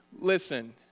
Listen